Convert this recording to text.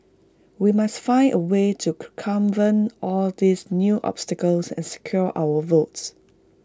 we must find A way to circumvent all these new obstacles and secure our votes